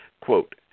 quote